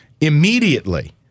immediately